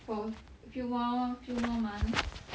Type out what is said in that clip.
for few more few more months